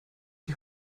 die